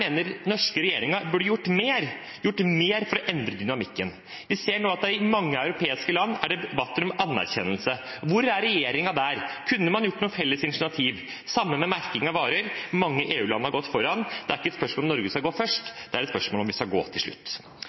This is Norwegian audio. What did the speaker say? mener den norske regjeringen burde gjort mer for å endre dynamikken. Vi ser nå at det i mange europeiske land er debatter om anerkjennelse. Hvor er regjeringen der? Kunne man tatt noe felles initiativ? Det samme gjelder merking av varer. Mange EU-land har gått foran. Det er ikke et spørsmål om Norge skal gå først. Det er et spørsmål om vi skal gå sist. Helt til slutt: